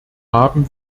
haben